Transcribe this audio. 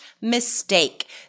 mistake